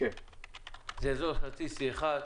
זה אזור סטטיסטי אחד,